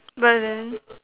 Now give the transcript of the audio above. but then